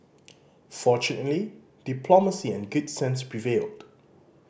fortunately diplomacy and good sense prevailed